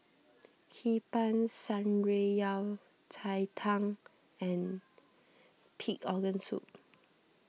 Hee Pan Shan Rui Yao Cai Tang and Pig Organ Soup